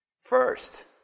First